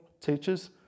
teachers